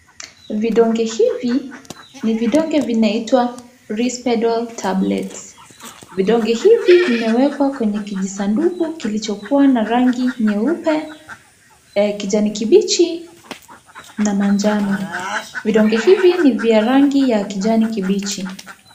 Vidonge hivi ni vidonge vinaitwa Risperdol tablets. Vidonge hivi vimewekwa kwenye kijisanduku kilichokuwa na rangi nyeupe, kijani kibichi na manjano. Vidonge hivi ni vya rangi ya kijani kibichi.